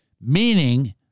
meaning